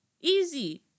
easy